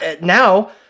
Now